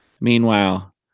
Meanwhile